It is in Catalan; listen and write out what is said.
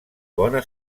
bona